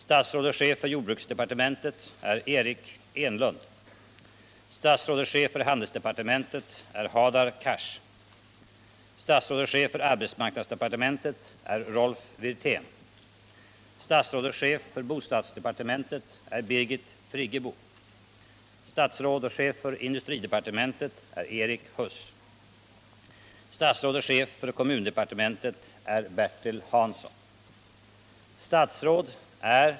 Statsråd och chef för handelsdepartementet är Hadar Cars. Statsråd och chef för bostadsdepartementet är Birgit Friggebo.